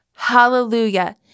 Hallelujah